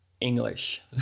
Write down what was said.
English